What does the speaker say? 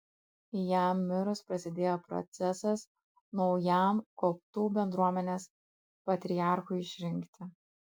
jam mirus prasidėjo procesas naujam koptų bendruomenės patriarchui išrinkti